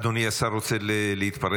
אדוני השר רוצה להתפרץ?